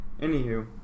Anywho